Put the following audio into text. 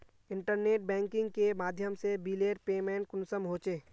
Internet banking के माध्यम से बिलेर पेमेंट कुंसम होचे?